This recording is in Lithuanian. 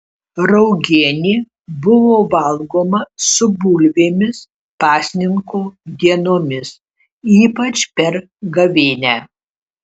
raugienė buvo valgoma su bulvėmis pasninko dienomis ypač per gavėnią